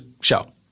show